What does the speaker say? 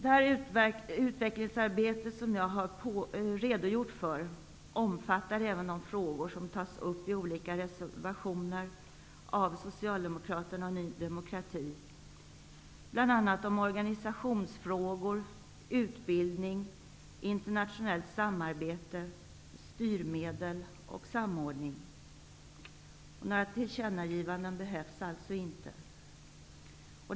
Det utvecklingsarbete som jag har redogjort för omfattar även de frågor som tas upp i olika reservationer av Socialdemokraterna och Ny demokrati. Det gäller bl.a. organisationsfrågor, utbildning, internationellt samarbete, styrmedel och samordning. Några tillkännagivanden behövs alltså inte.